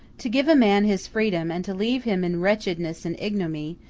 to give a man his freedom, and to leave him in wretchedness and ignominy,